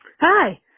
Hi